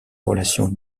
relation